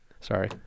Sorry